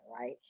right